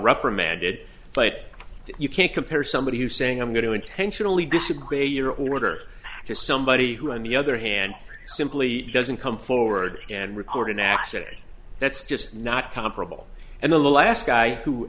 reprimanded but you can't compare somebody who's saying i'm going to intentionally disagree your orders to somebody who on the other hand simply doesn't come forward and report an asset that's just not comparable and the last guy who